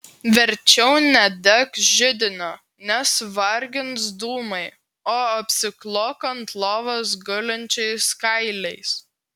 verčiau nedek židinio nes vargins dūmai o apsiklok ant lovos gulinčiais kailiais